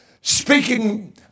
speaking